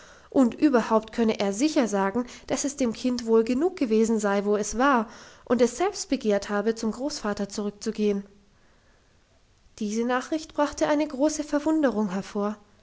und überhaupt könne er sicher sagen dass es dem kind wohl genug gewesen sei wo es war und es selbst begehrt habe zum großvater zurückzugehen diese nachricht brachte eine große verwunderung hervor